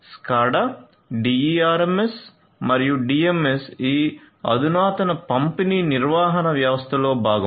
SCADA DERMS మరియు DMS ఈ అధునాతన పంపిణీ నిర్వహణ వ్యవస్థలో భాగం